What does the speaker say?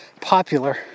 popular